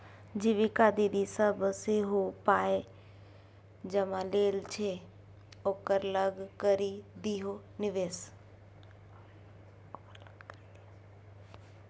जीविका दीदी सभ सेहो पाय जमा लै छै ओकरे लग करि दियौ निवेश